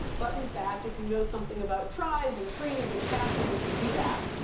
but in fact, if you know something about tries, and trees, and caching, you can do that.